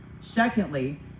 Secondly